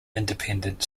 independent